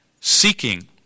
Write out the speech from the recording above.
seeking